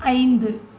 ஐந்து